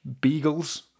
beagles